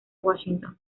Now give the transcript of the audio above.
washington